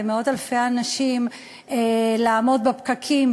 למאות-אלפי אנשים לעמוד בפקקים,